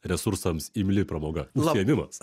resursams imli pramoga užsiėmimas